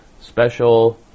special